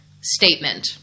statement